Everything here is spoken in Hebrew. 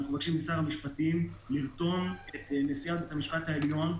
אנחנו מבקשים משר המשפטים לרתום את נשיאת בית המשפט העליון,